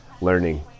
learning